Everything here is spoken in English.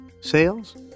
sales